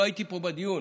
לא הייתי פה בדיון,